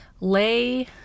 lay